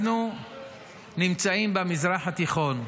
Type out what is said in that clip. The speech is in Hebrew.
אנחנו נמצאים במזרח התיכון,